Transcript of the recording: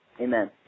Amen